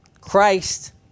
Christ